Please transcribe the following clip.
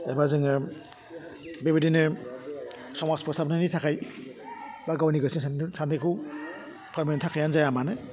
एबा जोङो बेबायदिनो समाज फोसाबनायनि थाखाय बा गावनि गोसोनि सान्नायखौ फोरमायनो थाखायआनो जाया मानो